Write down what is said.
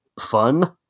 fun